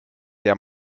der